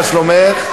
מה שלומך?